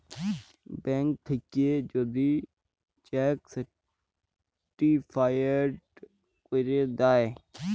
bank থ্যাইকে যদি cheque certified ক্যইরে দ্যায়